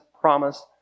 promise